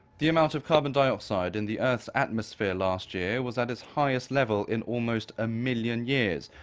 the amount of carbon dioxide in the earth's atmosphere last year was at its highest level in almost a million years.